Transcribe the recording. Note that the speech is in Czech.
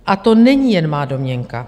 A to není jen má domněnka.